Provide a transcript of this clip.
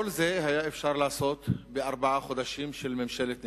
כל זה היה אפשר לעשות בארבעה חודשים של ממשלת נתניהו.